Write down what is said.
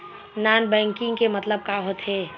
Non banking के मतलब का होथे?